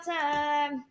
time